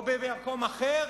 או במקום אחר,